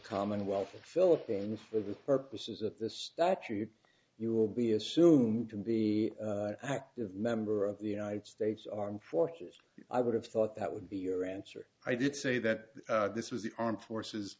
commonwealth of philippine for the purposes of this that your you will be assumed to be active member of the united states armed forces i would have thought that would be your answer i did say that this was the armed forces